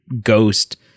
ghost